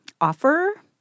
offer